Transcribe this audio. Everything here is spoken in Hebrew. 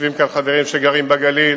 יושבים כאן חברים שגרים בגליל,